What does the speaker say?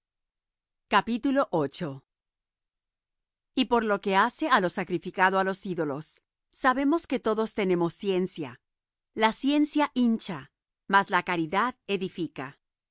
de dios y por lo que hace á lo sacrificado á los ídolos sabemos que todos tenemos ciencia la ciencia hincha mas la caridad edifica